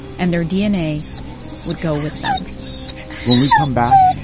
and their dna would go with them when we come back,